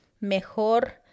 mejor